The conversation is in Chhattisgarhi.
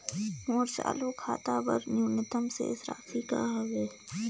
मोर चालू खाता बर न्यूनतम शेष राशि का हवे?